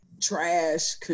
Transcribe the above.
trash